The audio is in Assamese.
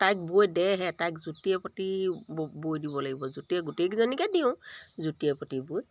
তাইক বৈ দেহে তাইক জুতিয়ে প্ৰতি বৈ দিব লাগিব জুতিৰে গোটেইকেইজনীকে দিওঁ জুতিয়ে প্ৰতি বৈ